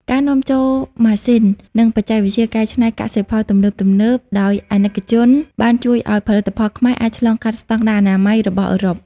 ការនាំចូលម៉ាស៊ីន និងបច្ចេកវិទ្យាកែច្នៃកសិផលទំនើបៗដោយអាណិកជន បានជួយឱ្យផលិតផលខ្មែរអាចឆ្លងកាត់ស្ដង់ដារអនាម័យ របស់អឺរ៉ុប។